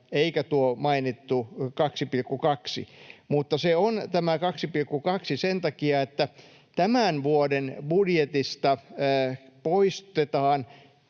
eikä tuo mainittu 2,2. Mutta se on tämä 2,2 sen takia, että tämän vuoden budjetista poistetaan